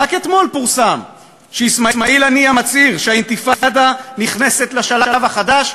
רק אתמול פורסם שאסמאעיל הנייה מצהיר שהאינתיפאדה נכנסת לשלב החדש,